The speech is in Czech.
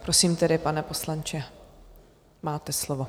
Prosím, pane poslanče, máte slovo.